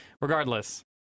regardless